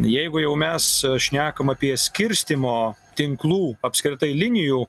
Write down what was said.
jeigu jau mes šnekam apie skirstymo tinklų apskritai linijų